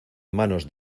manos